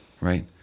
right